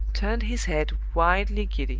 turned his head wildly giddy.